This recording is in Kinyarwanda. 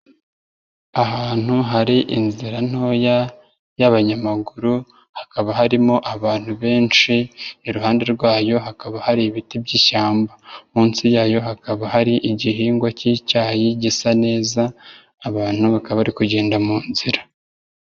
Ahantu hari inzira ntoya y'abanyamaguru hakaba harimo abantu benshi, iruhande rwayo hakaba hari ibiti by'ishyamba munsi yayo hakaba hari igihingwa k'icyayi gisa neza, abantu bakaba bari kugenda mu nzira.